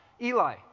Eli